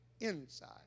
inside